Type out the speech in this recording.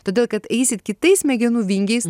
todėl kad eisit kitais smegenų vingiais